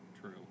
true